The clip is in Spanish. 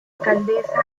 alcaldesa